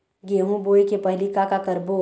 गेहूं बोए के पहेली का का करबो?